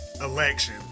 Election